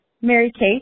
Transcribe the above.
Mary-Kate